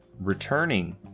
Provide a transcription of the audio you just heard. Returning